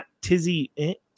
tizzy